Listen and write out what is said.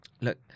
look